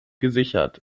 gesichert